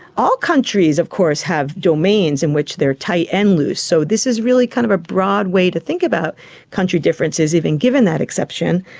all countries of course have domains in which they are tight and loose, so this is really kind of a broad way to think about country differences even given that exception.